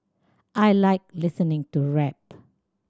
I like listening to rap